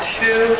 two